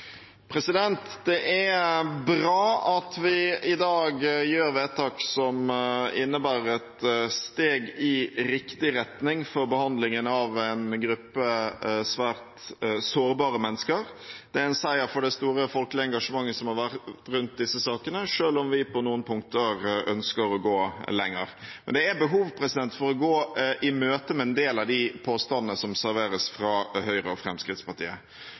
bra at vi i dag gjør vedtak som innebærer et steg i riktig retning for behandlingen av en gruppe svært sårbare mennesker. Det er en seier for det store folkelige engasjementet som har vært rundt disse sakene, selv om vi på noen punkter ønsker å gå lenger. Men det er behov for å imøtegå en del av de påstandene som serveres fra Høyre og Fremskrittspartiet.